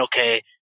Okay